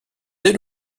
dès